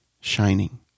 shining